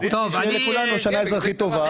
חוץ מזה שתהיה לכולנו שנה אזרחית טובה,